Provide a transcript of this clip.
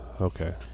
okay